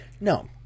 No